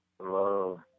Hello